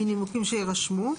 מנימוקים שיירשמו.